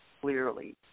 clearly